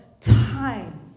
time